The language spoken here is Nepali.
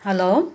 हेलो